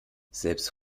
selbst